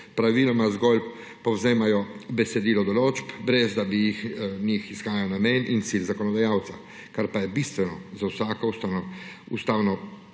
Praviloma zgolj povzemajo besedilo določb, brez da bi iz njih izhajal namen in cilj zakonodajalca, kar pa je bistveno za vsako ustavno